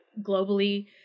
globally